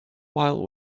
while